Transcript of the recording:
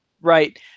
right